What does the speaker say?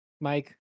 Mike